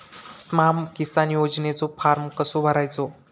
स्माम किसान योजनेचो फॉर्म कसो भरायचो?